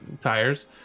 tires